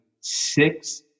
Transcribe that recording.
six